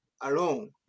alone